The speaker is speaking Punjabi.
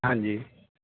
ਹਾਂਜੀ